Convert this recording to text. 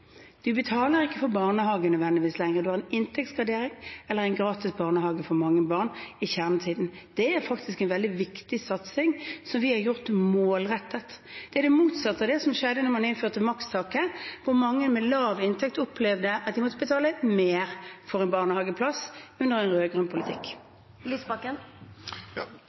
betaler ikke nødvendigvis for barnehagen lenger. Det er inntektsgradering eller gratis barnehage for mange barn i kjernetiden. Det er en veldig viktig satsing som vi har gjort målrettet. Det er det motsatte av det som skjedde da man innførte makstaket, da mange med lav inntekt opplevde at de med rød-grønn politikk måtte betale mer for en barnehageplass.